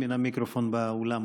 מן המיקרופון באולם.